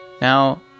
Now